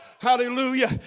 Hallelujah